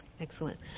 Excellent